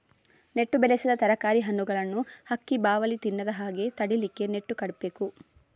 ನೆಟ್ಟು ಬೆಳೆಸಿದ ತರಕಾರಿ, ಹಣ್ಣುಗಳನ್ನ ಹಕ್ಕಿ, ಬಾವಲಿ ತಿನ್ನದ ಹಾಗೆ ತಡೀಲಿಕ್ಕೆ ನೆಟ್ಟು ಕಟ್ಬೇಕು